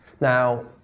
Now